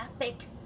epic